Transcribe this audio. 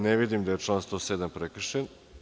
Ne vidim da je član 107. prekršen.